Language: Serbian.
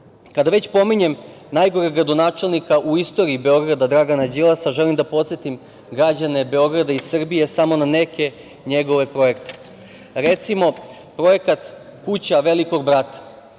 već pominjem najgoreg gradonačelnika u istoriji Beograda Dragana Đilasa, želim da podsetim građane Beograda i Srbije samo na neke njegove projekte. Recimo, projekat „Kuća Velikog brata“,